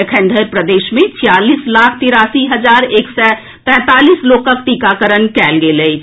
एखन धरि प्रदेश मे छियालीस लाख तिरासी हजार एक सय तैंतालीस लोकक टीकाकरण कयल गेल अछि